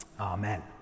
Amen